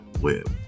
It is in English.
web